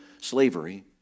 slavery